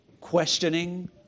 questioning